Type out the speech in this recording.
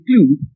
include